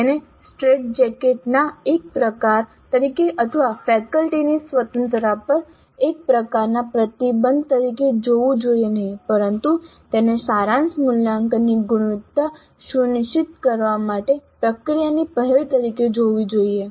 તેને સ્ટ્રેટજેકેટના એક પ્રકાર તરીકે અથવા ફેકલ્ટીની સ્વતંત્રતા પર એક પ્રકારનાં પ્રતિબંધ તરીકે જોવું જોઈએ નહીં પરંતુ તેને સારાંશ મૂલ્યાંકનની ગુણવત્તા સુનિશ્ચિત કરવા માટે પ્રક્રિયાની પહેલ તરીકે જોવી જોઈએ